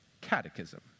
Catechism